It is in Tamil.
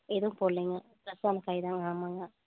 எதுவும் போடலீங்க ஃப்ரெஷ்ஷான காய் தாங்க ஆமாங்க